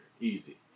easy